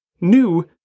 New